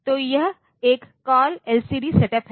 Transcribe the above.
तो यह एक कॉल एलसीडी सेटअप है